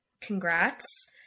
congrats